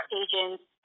agents